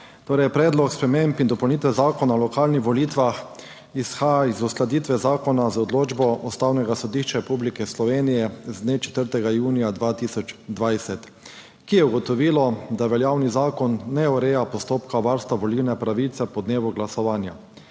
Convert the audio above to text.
Predlog sprememb in dopolnitev Zakona o lokalnih volitvah izhaja iz uskladitve zakona z odločbo Ustavnega sodišča Republike Slovenije z dne 4. junija 2020, ki je ugotovilo, da veljavni zakon ne ureja postopka varstva volilne pravice po dnevu glasovanja.